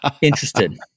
interested